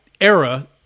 era